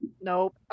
Nope